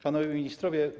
Panowie Ministrowie!